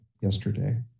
yesterday